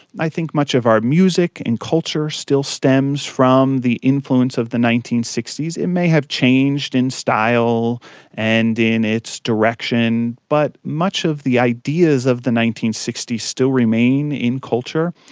i think much of our music and culture still stems from the influence of the nineteen sixty s. it may have changed in style and in its direction but much of the ideas of the nineteen sixty s still remain in culture.